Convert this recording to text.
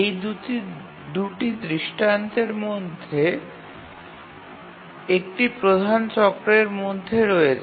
এই ২ টি দৃষ্টান্তের মধ্যে এর মধ্যে একটি প্রধান চক্রের মধ্যে রয়েছে